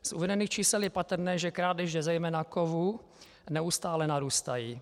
Z uvedených čísel je patrné, že krádeže zejména kovů neustále narůstají.